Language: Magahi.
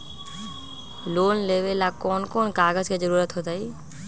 लोन लेवेला कौन कौन कागज के जरूरत होतई?